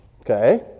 Okay